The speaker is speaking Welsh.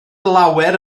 lawer